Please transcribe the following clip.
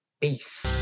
Peace